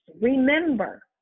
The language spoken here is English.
remember